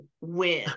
win